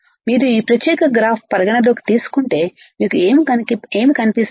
మీరు ఈ ప్రత్యేక గ్రాఫ్ పరిగణలోకి తీసుకుంటే మీకు ఏమి కనిపిస్తుంది